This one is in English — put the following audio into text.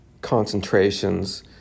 concentrations